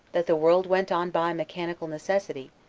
that the world went on by mechanical necessity,